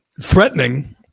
threatening